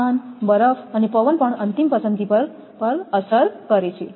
તાપમાન બરફ અને પવન પણ અંતિમ પસંદગી પર અસર કરે છે